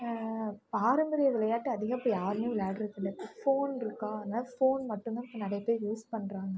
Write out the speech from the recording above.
பாரம்பரிய விளையாட்டு அதிகம் இப்போ யாருமே விளையாடுறதில்ல ஃபோன் இருக்கா அதனால் ஃபோன் மட்டும்தான் இப்போ நிறைய பேர் யூஸ் பண்ணுறாங்க